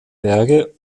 berge